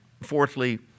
fourthly